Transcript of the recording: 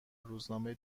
روزنامه